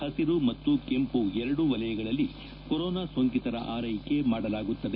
ಹಸಿರು ಮತ್ತು ಕೆಂಪು ಎರಡೂ ವಲಯಗಳಲ್ಲಿ ಕೊರೋನಾ ಸೋಂಕಿತರ ಆರೈಕೆ ಮಾಡಲಾಗುತ್ತದೆ